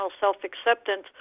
self-acceptance